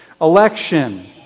Election